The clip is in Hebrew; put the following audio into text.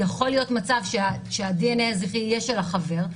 יכולה להביא למצב שהדנ"א הזכרי יהיה של החבר.